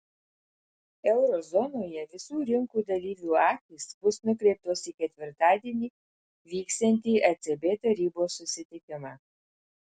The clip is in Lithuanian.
euro zonoje visų rinkų dalyvių akys bus nukreiptos į ketvirtadienį vyksiantį ecb tarybos susitikimą